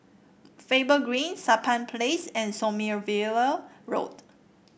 Faber Green Sampan Place and Sommerville Road